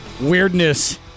weirdness